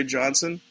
Johnson